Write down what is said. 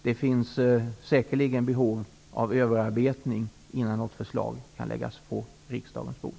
Det finns säkerligen behov av en överarbetning innan något förslag kan läggas fram på riksdagens bord.